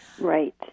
Right